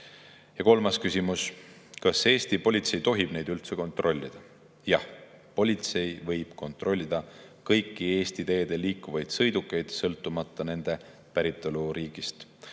lubata. Kolmas küsimus: kas Eesti politsei tohib neid üldse kontrollida? Jah, politsei võib kontrollida kõiki Eesti teedel liikuvaid sõidukeid, sõltumata nende päritoluriigist.